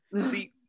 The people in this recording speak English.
see